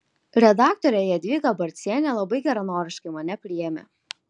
redaktorė jadvyga barcienė labai geranoriškai mane priėmė